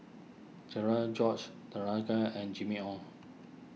Cherian George Danaraj and Jimmy Ong